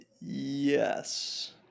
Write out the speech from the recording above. Yes